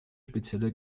spezielle